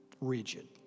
rigid